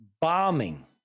bombing